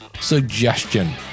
suggestion